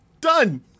done